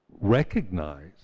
Recognize